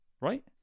right